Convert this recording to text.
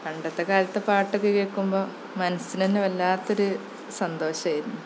പണ്ടത്തെ കാലത്തെ പാട്ടൊക്കെ കേള്ക്കുമ്പോള് മനസ്സിനുതന്നെ വല്ലാത്തൊരു സന്തോഷമായിരുന്നു